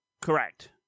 Correct